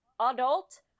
Adult